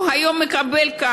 הוא היום כאן,